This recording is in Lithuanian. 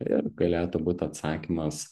ir galėtų būt atsakymas